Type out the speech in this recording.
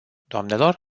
doamnelor